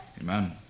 amen